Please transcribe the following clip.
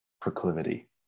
proclivity